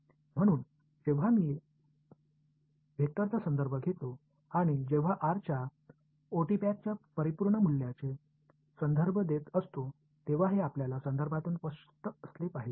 म्हणून जेव्हा मी वेक्टरचा संदर्भ घेतो आणि जेव्हा आर च्या ओटीपॅकच्या परिपूर्ण मूल्याचे संदर्भ देत असतो तेव्हा हे आपल्याला संदर्भातून स्पष्ट असले पाहिजे